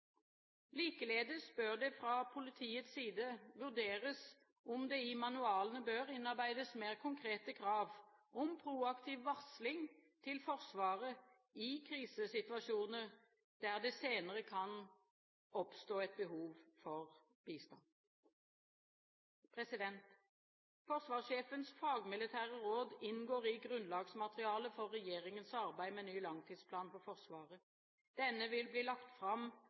Likeledes bør det fra politiets side vurderes om det i manualene bør innarbeides mer konkrete krav om proaktiv varsling til Forsvaret i krisesituasjoner der det senere kan oppstå et behov for bistand. Forsvarsjefens fagmilitære råd inngår i grunnlagsmaterialet for regjeringens arbeid med ny langtidsplan for Forsvaret. Denne vil bli lagt fram